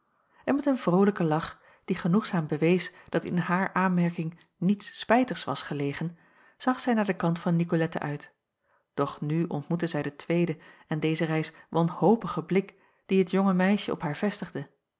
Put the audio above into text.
en met een vrolijken lach die genoegzaam bewees dat in haar aanmerking niets spijtigs was gelegen zag zij naar den kant van nicolette uit doch nu ontmoette zij den tweeden en deze reis wanhopigen blik dien het jonge meisje op haar vestigde